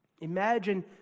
Imagine